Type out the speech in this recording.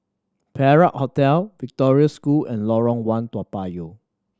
Perak Hotel Victoria School and Lorong One Toa Payoh